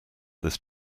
this